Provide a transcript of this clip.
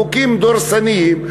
חוקים דורסניים,